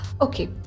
Okay